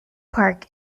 park